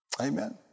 Amen